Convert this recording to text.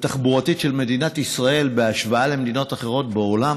התחבורתית של מדינת ישראל בהשוואה למדינות אחרות בעולם